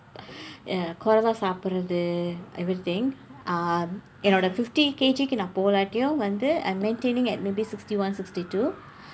குறைவாக சாப்பிடுவது:kuraivaaka saappiduvathu everything um என்னோட:ennooda fifty K_G போகாட்டியும் வந்து:pookaatdiyum vandthu I'm maintaining at maybe sixty one sixty two